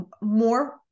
more